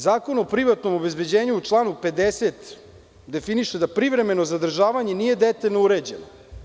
Zakon o privatnom obezbeđenju u članu 50. definiše da privremeno zadržavanje nije detaljno uređeno.